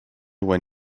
when